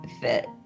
fit